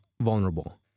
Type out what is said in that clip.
vulnerable